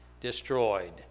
destroyed